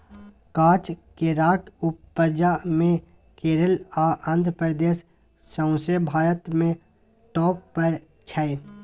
काँच केराक उपजा मे केरल आ आंध्र प्रदेश सौंसे भारत मे टाँप पर छै